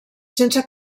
sense